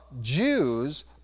Jews